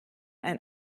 ein